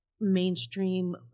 mainstream